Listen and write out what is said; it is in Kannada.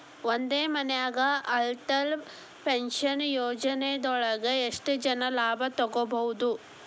ಒಂದೇ ಮನ್ಯಾಗ್ ಅಟಲ್ ಪೆನ್ಷನ್ ಯೋಜನದೊಳಗ ಎಷ್ಟ್ ಜನ ಲಾಭ ತೊಗೋಬಹುದು?